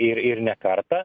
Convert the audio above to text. ir ir ne kartą